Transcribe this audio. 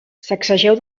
sacsegeu